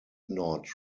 not